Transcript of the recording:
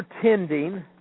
pretending